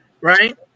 right